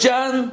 John